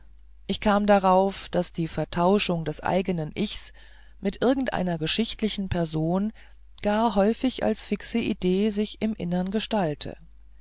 ich kam darauf daß die vertauschung des eignen ichs mit irgendeiner geschichtlichen person gar häufig als fixe idee sich im innern gestalte